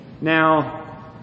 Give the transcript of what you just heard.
Now